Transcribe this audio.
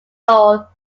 role